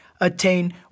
attain